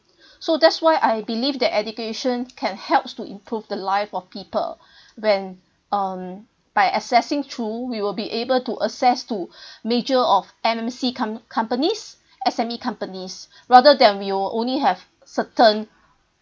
so that's why I believe that education can helps to improve the lives of people when um by assessing through we will be able to access to major of M_N_C com~ companies S_M_E companies rather than we will only have certain